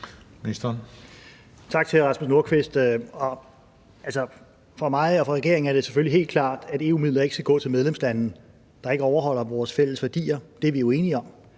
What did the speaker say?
Tak til hr. Rasmus Nordqvist. Altså, for mig og regeringen er det selvfølgelig helt klart, at EU-midler ikke skal gå til medlemslande, der ikke overholder vores fælles værdier – det er vi jo enige om,